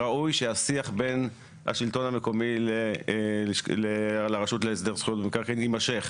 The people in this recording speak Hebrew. ראוי שהשיח בין השלטון המקומי לרשות להסדר זכויות במקרקעין יימשך,